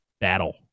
battle